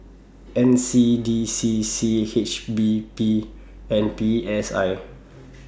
N C D C C H P B and P S I